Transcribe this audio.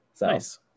Nice